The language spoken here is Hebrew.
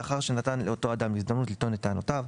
לאחר שנתן לאותו אדם הזדמנות לטעון את טענותיו,